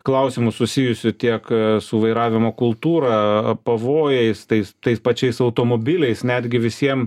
klausimų susijusių tiek su vairavimo kultūra pavojais tais tais pačiais automobiliais netgi visiem